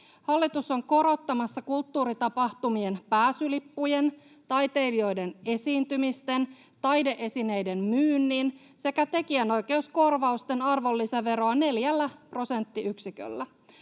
Hallitus on korottamassa kulttuuritapahtumien pääsylippujen, taiteilijoiden esiintymisten, taide-esineiden myynnin sekä tekijänoikeuskorvausten arvonlisäveroa neljällä prosenttiyksiköllä.